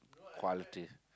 quality